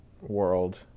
world